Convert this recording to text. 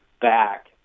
back